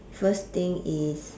first thing is